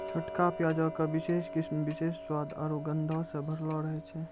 छोटका प्याजो के विशेष किस्म विशेष स्वाद आरु गंधो से भरलो रहै छै